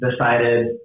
decided